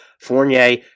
Fournier